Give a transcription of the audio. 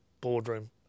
boardroom